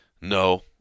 no